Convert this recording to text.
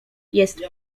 jest